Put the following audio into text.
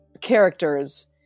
characters